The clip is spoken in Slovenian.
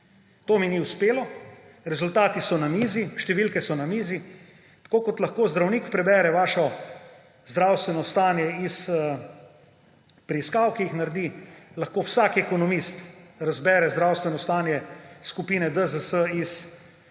To mi ni uspelo, rezultati so na mizi, številke so na mizi. Tako kot lahko zdravnik prebere vaše zdravstveno stanje iz preiskav, ki jih naredi, lahko vsak ekonomist razbere zdravstveno stanje skupine DZS iz podatkov,